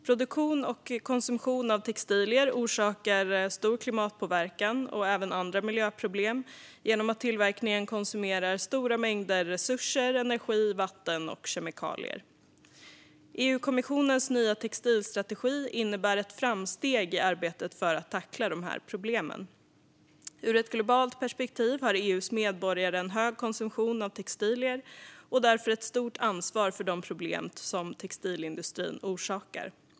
Produktion och konsumtion av textilier orsakar stor klimatpåverkan och även andra miljöproblem genom att tillverkningen konsumerar stora mängder resurser, energi, vatten och kemikalier. EU-kommissionens nya textilstrategi innebär ett framsteg i arbetet för att tackla dessa problem. Ur ett globalt perspektiv har EU:s medborgare en hög konsumtion av textilier och därför ett stort ansvar för de problem som textilindustrin orsakar.